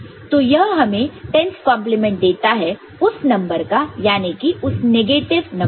तो यह हमें 10's कंप्लीमेंट 10's complement देता है उस नंबर का याने की उस नेगेटिव नंबर का